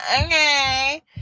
okay